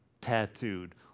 tattooed